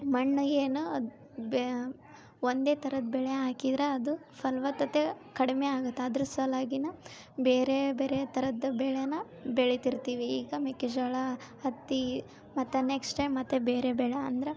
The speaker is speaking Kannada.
ಮಣ್ಗೇನು ಅದ ಬೇ ಒಂದೇ ಥರದ ಬೆಳೆ ಹಾಕಿದ್ರ ಅದು ಫಲವತ್ತತೆ ಕಡಿಮೆ ಆಗತ್ತೆ ಅದ್ರ ಸಲುವಾಗಿನ ಬೇರೆ ಬೇರೆ ಥರದ ಬೆಳೆನ ಬೆಳಿತಿರ್ತೀವಿ ಈಗ ಮೆಕ್ಕೆಜೋಳ ಹತ್ತಿ ಮತ್ತೆ ನೆಕ್ಸ್ಟ್ ಟೈಮ್ ಮತ್ತೆ ಬೇರೆ ಬೆಳೆ ಅಂದ್ರ